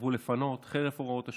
סירבו לפנות, חרף הוראות השוטרים.